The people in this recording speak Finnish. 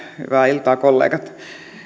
iltaa kollegat